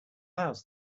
house